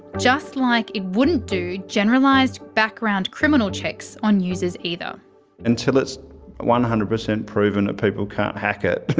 just like it wouldn't do generalised background criminal checks on users either. until it's one hundred percent proven that people can't hack it,